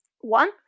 one